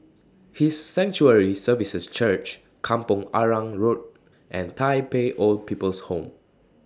His Sanctuary Services Church Kampong Arang Road and Tai Pei Old People's Home